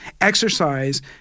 Exercise